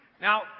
Now